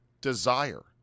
desire